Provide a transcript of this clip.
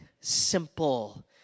Simple